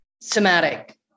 somatic